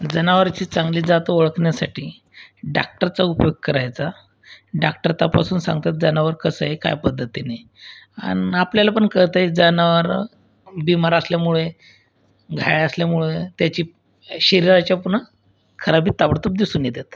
जनावराची चांगली जात ओळखण्यासाठी डाक्टरचा उपयोग करायचा डाक्टर तपासून सांगतात जनावर कसं आहे काय पद्धतीने आणि आपल्याला पण कळतं आहे जनावर बीमार असल्यामुळे घायाळ असल्यामुळे त्याची शरीराच्या पूर्ण खराबी ताबडतोब दिसून येतात